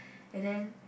and then